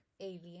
alien